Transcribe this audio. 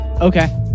Okay